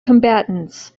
combatants